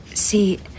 See